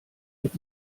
mit